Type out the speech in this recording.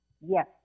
Yes